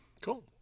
Cool